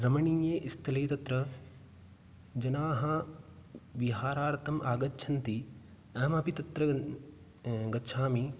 रमणीये स्थले तत्र जनाः विहारार्थम् आगच्छन्ति अहमपि तत्र ग् गच्छामि